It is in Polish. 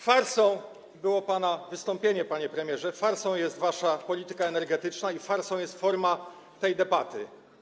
Farsą było pana wystąpienie, panie premierze, farsą jest wasza polityka energetyczna i farsą jest forma tej debaty.